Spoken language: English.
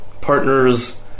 partners